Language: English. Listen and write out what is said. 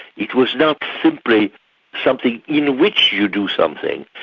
it was not simply something in which you do something,